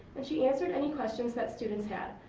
and she answered any questions that students had.